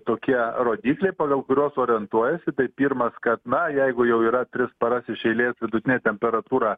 tokie rodikliai pagal kuriuos orientuojasi tai pirmas kad na jeigu jau yra tris paras iš eilės vidutinė temperatūra